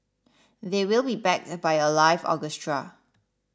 they will be backed by a live orchestra